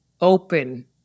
open